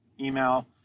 Email